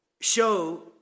show